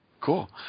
Cool